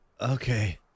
Okay